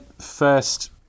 first